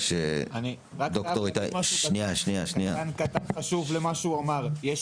אני חייב להגיד משהו קטן וחשוב בקשר למה שהוא אמר: יש